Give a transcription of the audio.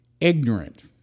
Ignorant